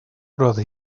roedd